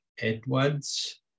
Edwards